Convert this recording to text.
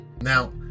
Now